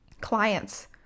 clients